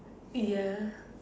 ya